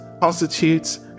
constitutes